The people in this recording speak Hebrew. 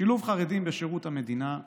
שילוב חרדים בשירות המדינה,